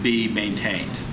be maintained